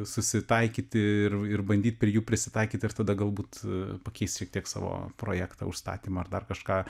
susitaikyti ir ir bandyt prie jų prisitaikyt ir tada galbūt pakeist šiek tiek savo projektą užstatymą ar dar kažką